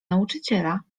nauczyciela